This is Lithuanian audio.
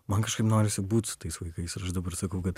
man kažkaip norisi būt su tais vaikais ir aš dabar sakau kad